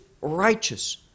righteous